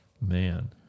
man